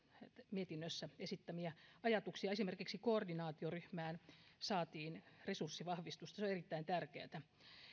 mietinnössä esittämiä ajatuksia esimerkiksi koordinaatioryhmään saatiin resurssivahvistusta ja se on erittäin tärkeätä